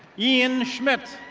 ian schmidt.